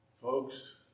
Folks